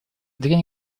дрянь